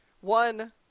One